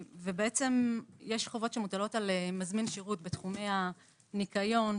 יש חובות שמוטלות על מזמין שירות בתחומי הניקיון,